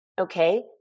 Okay